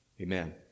Amen